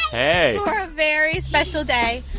hey. for a very special day.